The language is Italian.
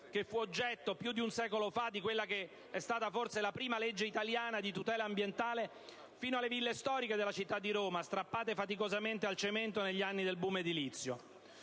che fu oggetto più di un secolo fa di quella che è stata forse la prima legge italiana di tutela ambientale, alle ville storiche della città di Roma, strappate faticosamente al cemento negli anni del *boom* edilizio.